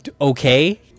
Okay